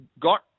got